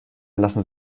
lassen